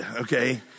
Okay